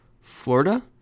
florida